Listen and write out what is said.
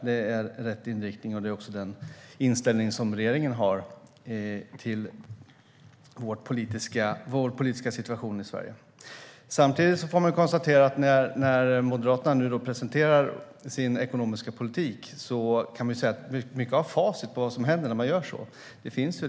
Det är rätt inriktning, och det är också den inställning som regeringen har till vår politiska situation i Sverige. Samtidigt får man konstatera att när Moderaterna nu presenterar sin ekonomiska politik finns redan mycket av facit på vad som händer om man gör som de föreslår.